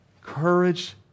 courage